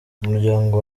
umuryango